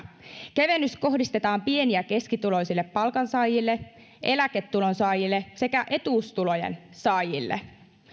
kevennys kohdistetaan pieni ja keskituloisille palkansaajille eläketulonsaajille sekä etuustulojensaajille